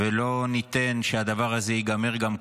ולא ניתן שהדבר הזה ייגמר גם ככה.